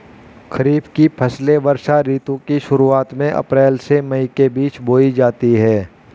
खरीफ की फसलें वर्षा ऋतु की शुरुआत में अप्रैल से मई के बीच बोई जाती हैं